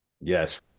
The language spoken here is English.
Yes